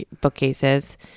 bookcases